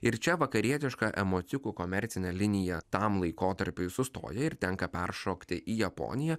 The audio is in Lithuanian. ir čia vakarietišką emociukų komercinė linija tam laikotarpiui sustoja ir tenka peršokti į japoniją